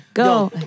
go